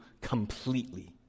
completely